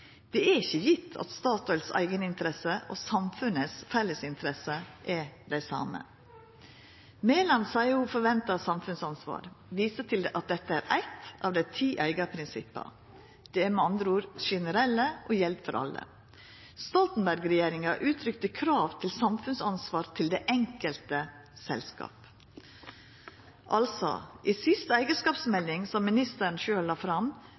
Det er ikkje gjeve at Statoils eigeninteresse og samfunnet si fellesinteresse er det same. Statsråd Mæland seier at ho forventar samfunnsansvar, og viser til at dette er eitt av dei ti eigarprinsippa. Dei er med andre ord generelle og gjeld for alle. Stoltenberg-regjeringa uttrykte krav om samfunnsansvar til det enkelte selskapet. I den siste eigarskapsmeldinga, som ministeren sjølv la fram,